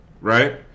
right